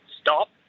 stop